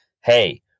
hey